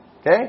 okay